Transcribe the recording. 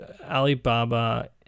Alibaba